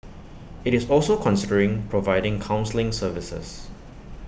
IT is also considering providing counselling services